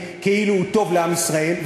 כאילו הוא טוב לעם ישראל,